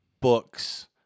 books